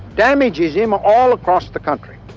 damages him all across the country.